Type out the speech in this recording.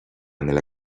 nella